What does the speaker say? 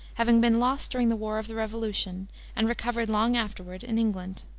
having been lost during the war of the revolution and recovered long afterward in england.